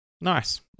Nice